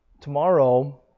Tomorrow